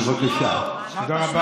אמרתי: איזה יופי,